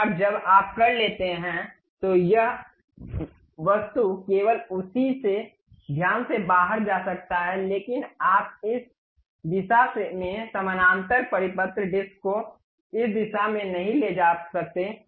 एक बार जब आप कर लेते हैं तो यह वस्तु केवल उसी से ध्यान से बाहर जा सकता है लेकिन आप इस दिशा में समानांतर परिपत्र डिस्क को इस दिशा में नहीं ले जा सकते